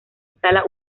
instala